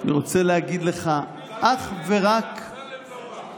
--- אני רוצה להגיד לך, אך ורק ספרים.